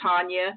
Tanya